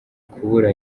kubura